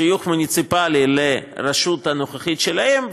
שיוך מוניציפלי לרשות הנוכחית שלהם,